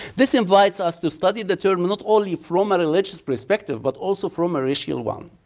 this invites us to study the term not only from a religious perspective but also from a racial one.